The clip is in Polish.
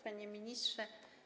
Panie Ministrze!